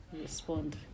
respond